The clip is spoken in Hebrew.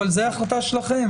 זו החלטה שלכם,